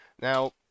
Now